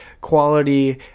quality